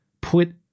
put